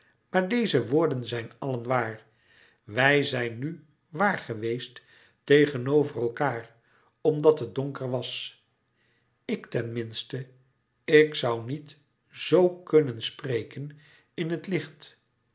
maar deze woorden zijn allen waar wij zijn nu waar geweest tegenover elkaâr omdat het donker was ik ten minste ik zoû niet zoo kunnen spreken in het licht